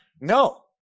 No